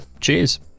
Cheers